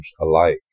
alike